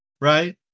right